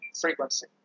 frequency